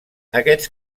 aquests